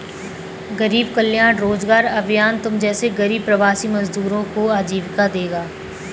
गरीब कल्याण रोजगार अभियान तुम जैसे गरीब प्रवासी मजदूरों को आजीविका देगा